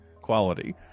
quality